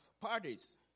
parties